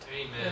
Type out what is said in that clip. Amen